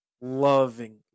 loving